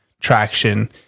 traction